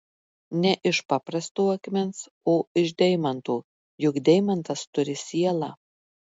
ne iš paprasto akmens o iš deimanto juk deimantas turi sielą